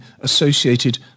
associated